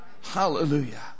Hallelujah